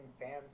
fans